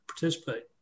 participate